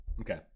Okay